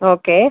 okay